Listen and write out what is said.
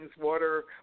water